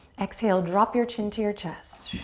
exhale, drop your chin to your chest.